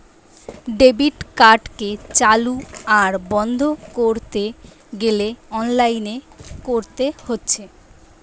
debit কার্ডকে চালু আর বন্ধ কোরতে গ্যালে অনলাইনে কোরতে হচ্ছে